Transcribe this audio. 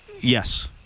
Yes